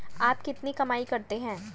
आप कितनी कमाई करते हैं?